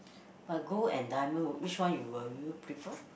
but gold and diamond w~ which one will you prefer